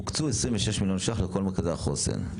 הוקצו 26 מיליון ש"ח לכל מרכזי החוסן.